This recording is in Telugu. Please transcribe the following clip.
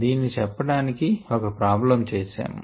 దీని చెప్పటానికి ఒక ప్రాబ్లమ్ చేశాము